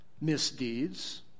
misdeeds